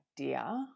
idea